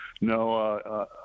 no